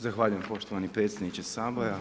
Zahvaljujem poštovani predsjedniče Sabora.